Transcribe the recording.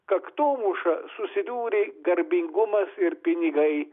kaktomuša susidūrė garbingumas ir pinigai